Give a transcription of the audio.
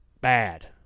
bad